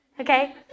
Okay